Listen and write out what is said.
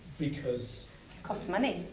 because so um it